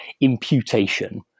imputation